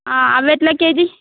అవి ఎట్లా కేజీ